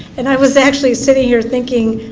and i was actually sitting here thinking,